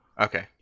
Okay